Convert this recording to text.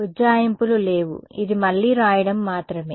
ఉజ్జాయింపులు లేవు ఇది మళ్లీ వ్రాయడం మాత్రమే